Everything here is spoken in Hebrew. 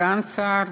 סגן השר,